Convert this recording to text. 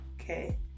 okay